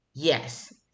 Yes